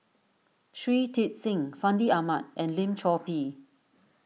Shui Tit Sing Fandi Ahmad and Lim Chor Pee